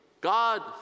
God